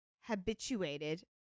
habituated